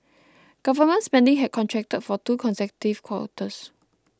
government spending had contracted for two consecutive quarters